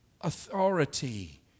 authority